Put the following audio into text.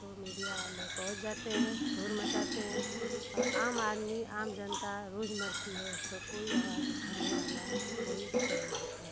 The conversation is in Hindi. तो मीडिया वाले पहुँच जाते हैं शोर मचाते हैं और आम आदमी आम जनता रोज़ मरती है इस पर कोई आवाज़ उठाने वाला कोई नहीं होता है